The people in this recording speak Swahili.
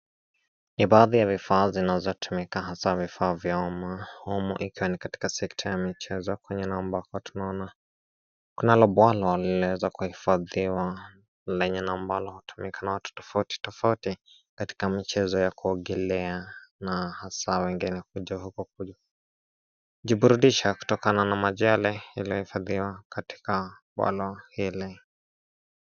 Ni baadhi ya vifaa zinazotumika hasa vifaa vya uma umuhika ni katika sector ya michezo kwenye ni ambako tunaona, kunalo bwalwa linalo weza kuhifadhiwa lenye ambalo hutumika na watu tofauti tofauti katika michezo ya kuongelea na hasa wengine hukuja uku kujiburudisha kutokana na maji yaliohifadhiwa katika bwalwa hile.